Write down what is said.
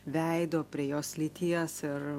veido prie jos lyties ir